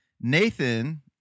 Nathan